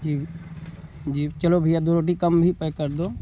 जी जी चलो भैया दो रोटी कम ही पैक कर दो